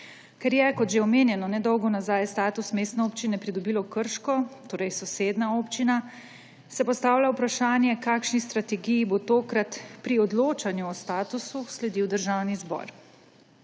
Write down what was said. Ker je, kot že omenjeno, nedolgo nazaj status mestne občine pridobilo Krško, torej sosednja občina, se postavlja vprašanje, kakšni strategiji bo tokrat pri odločanju o statusu sledil Državni zbor.